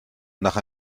nach